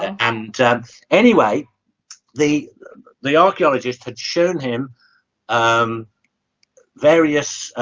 and dance anyway the the archaeologists had shown him um various